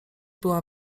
była